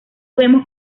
vemos